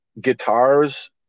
guitars